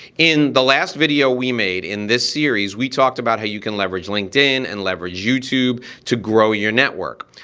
in the last video we made in this series we talked about how you can leverage linkedin and leverage youtube to grow your network.